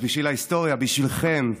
אז בשביל ההיסטוריה, בשבילכם,